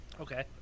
Okay